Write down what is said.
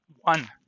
one